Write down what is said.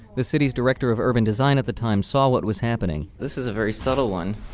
the city's director of urban design at the time saw what was happening this is a very subtle one.